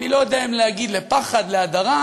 אני לא יודע להגיד אם פחד או הדרה,